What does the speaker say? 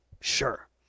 Sure